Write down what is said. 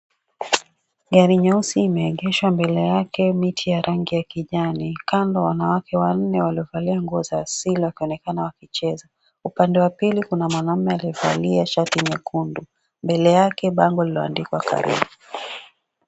Gari nyeusi imeegeshwa mbele, yake miti ya rangi ya kijani. Kando wanawake wanne waliovalia nguo za asili wakionekana wakicheza. Upande wa pili kuna mwanaume aliyevalia shati nyekundu. Mbele yake bango lililoandikwa "karibu".